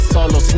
Solo